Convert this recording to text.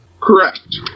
Correct